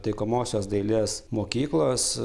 taikomosios dailės mokyklos